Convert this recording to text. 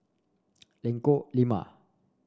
Lengkong Lima